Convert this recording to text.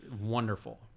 wonderful